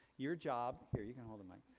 your job, here you can hold the mic.